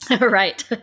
Right